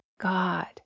God